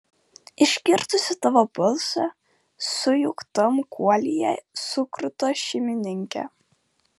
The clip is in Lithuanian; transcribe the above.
išgirdusi tavo balsą sujauktam guolyje sukruta šeimininkė